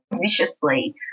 viciously